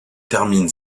termine